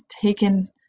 taken